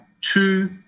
two